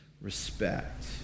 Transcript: respect